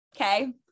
okay